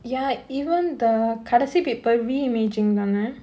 ya even the கடசி:kadasi paper reimaging தான:thaana